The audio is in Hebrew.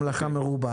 המלאכה מרובה.